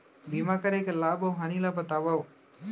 बीमा करे के लाभ अऊ हानि ला बतावव